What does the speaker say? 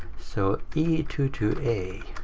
so, e two two a.